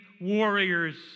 warriors